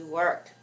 work